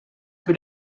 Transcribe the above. que